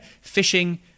fishing